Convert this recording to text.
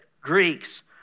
Greeks